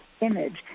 image